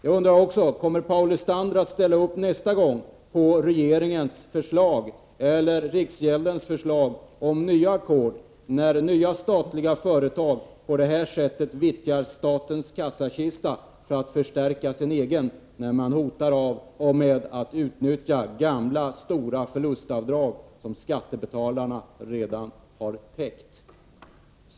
Jag undrar också: Kommer Paul Lestander att ställa upp nästa gång på regeringens eller riksgäldens förslag om nya ackord, när nya statliga företag på det här sättet vill vittja statens kassakista för att förstärka sin egen och när de hotar med att utnyttja gamla, stora förlustavdrag som skattebetalarna redan har åstadkommit en täckning för.